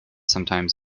sometimes